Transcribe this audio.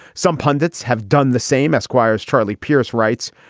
some pundits have done the same. esquire's charlie pierce writes,